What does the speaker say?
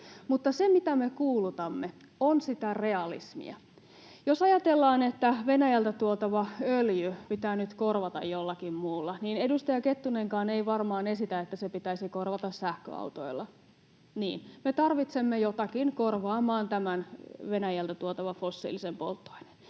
Mutta se, mitä me kuulutamme, on sitä realismia. Jos ajatellaan, että Venäjältä tuotava öljy pitää nyt korvata jollakin muulla, niin edustaja Kettunenkaan ei varmaan esitä, että se pitäisi korvata sähköautoilla. [Tuomas Kettunen pudistaa päätään] — Niin. — Me tarvitsemme jotakin korvaamaan tämän Venäjältä tuotavan fossiilisen polttoaineen.